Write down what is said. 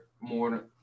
more